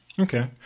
Okay